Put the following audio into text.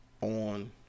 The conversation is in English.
on